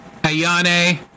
Ayane